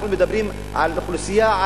אנחנו מדברים על אוכלוסייה,